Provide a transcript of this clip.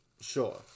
Sure